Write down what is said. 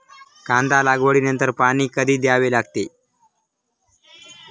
कांदा लागवडी नंतर पाणी कधी द्यावे लागते?